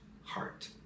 heart